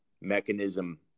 mechanism